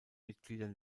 mitgliedern